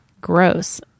gross